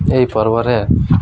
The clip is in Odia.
ଏହି ପର୍ବରେ